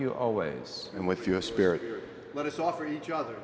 you always and with your spirit let us offer each other